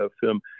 film